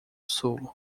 sul